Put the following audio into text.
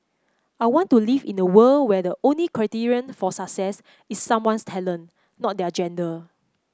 I want to live in a world where the only criterion for success is someone's talent not their gender